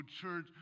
church